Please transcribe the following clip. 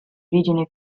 origine